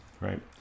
Right